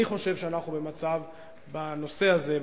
אני חושב שאנחנו בנושא הזה,